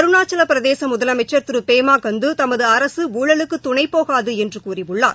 அருணாச்சல பிரதேச முதலமைச்சா் திரு பேமா கண்ட்டு தமது அரசு ஊழலுக்கு துணை போகாது என்று கூறியுள்ளார்